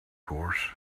course